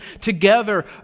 together